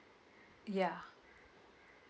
ya